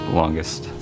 longest